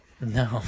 no